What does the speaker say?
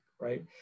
Right